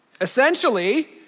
Essentially